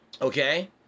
Okay